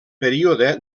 període